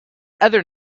other